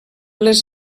les